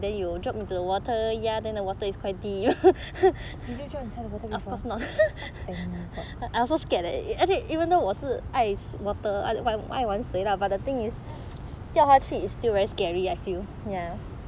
did you drop inside the water before thank god